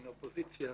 מן האופוזיציה.